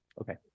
Okay